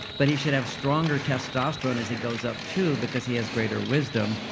but he should have stronger testosterone as it goes up too, because he has greater wisdom.